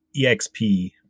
EXP